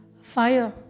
fire